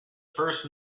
first